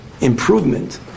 improvement